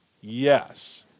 yes